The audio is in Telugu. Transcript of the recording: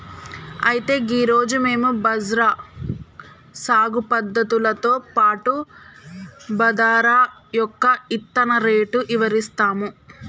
అయితే గీ రోజు మేము బజ్రా సాగు పద్ధతులతో పాటు బాదరా యొక్క ఇత్తన రేటు ఇవరిస్తాము